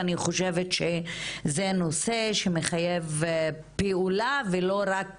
ואני חושבת שזה נושא שמחייב פעולה ולא רק